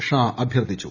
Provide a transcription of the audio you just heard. ഷാ അഭ്യർത്ഥിച്ചു